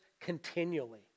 continually